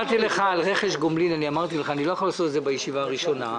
בעניין רכש גומלין אמרתי לך: אני לא יכול לעשות את זה בישיבה הראשונה.